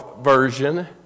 version